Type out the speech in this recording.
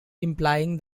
implying